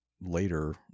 later